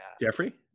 Jeffrey